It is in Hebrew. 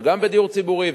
וגם בדיור ציבורי,